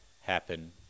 happen